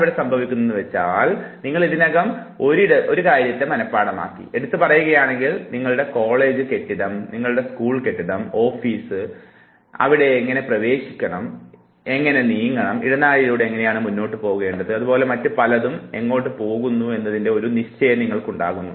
ഇവിടെ എന്താണ് സംഭവിക്കുന്നതെന്നു വച്ചാൽ നിങ്ങൾ ഇതിനകം ഒരിടത്തെ മനഃപാഠമാക്കി എടുത്തു പറയുകയാണെങ്കിൽ നിങ്ങളുടെ കോളേജ് കെട്ടിടം നിങ്ങളുടെ സ്കൂൾ കെട്ടിടം നിങ്ങളുടെ ഓഫീസ് അതിനാൽ എവിടെ പ്രവേശിക്കണം എങ്ങനെ നീങ്ങണം ഇടനാഴിയിലൂടെ എങ്ങനെയാണ് മുന്നോട്ടേക്ക് പോകേണ്ടത് അതുപോലെ മറ്റു പലതും എങ്ങോട്ടേക്ക് പോകുന്നു എന്നതിൻറെ ഒരു നിശ്ചയം നിങ്ങൾക്കുണ്ടാകുന്നു